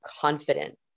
confident